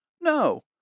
No